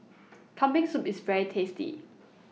Kambing Soup IS very tasty